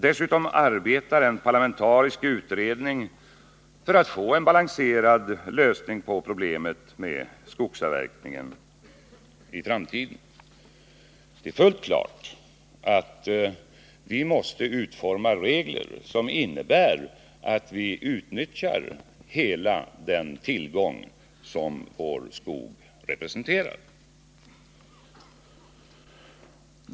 Dessutom arbetar en parlamentarisk utredning för att få en balanserad lösning på problemet med skogsavverkningen i framtiden. Det är fullt klart att vi måste utforma regler som innebär att vi utnyttjar hela den tillgång som vår skog representerar.